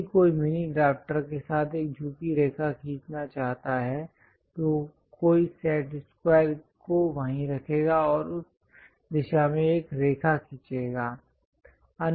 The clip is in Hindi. यदि कोई मिनी ड्रॉफ्टर के साथ एक झुकी रेखा खींचना चाहता है तो कोई सेट स्क्वायर को वहीं रखेगा और उस दिशा में एक रेखा खींचेगा